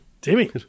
timmy